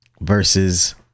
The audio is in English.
versus